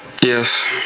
Yes